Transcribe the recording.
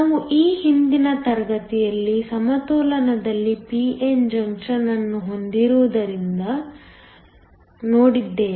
ನಾವು ಈ ಹಿಂದಿನ ತರಗತಿಯಲ್ಲಿ ಸಮತೋಲನದಲ್ಲಿ p n ಜಂಕ್ಷನ್ ಅನ್ನು ಹೊಂದಿರುರುವುದನ್ನು ನೋಡಿದ್ದೇವೆ